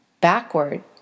backward